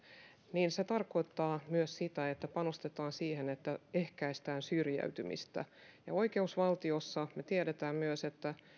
niin se tarkoittaa myös sitä että panostetaan siihen että ehkäistään syrjäytymistä ja oikeusvaltiossa me tiedämme myös että